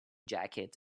jacket